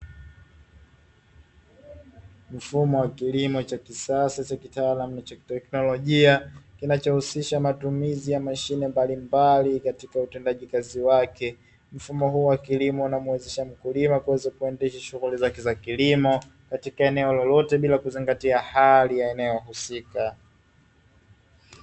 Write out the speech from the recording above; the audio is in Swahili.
Mfumo wa kilimo cha kisasa cha kitaalamu cha teknolojia kinachohusisha matumizi ya mashine mbalimbali, katika utendaji kazi wake mfumo huu wa kilimo humuwezesha mkulima kuweza kuendesha shughuli zake za kilimo katika eneo lolote bila kuzingatia hali ya eneo husika.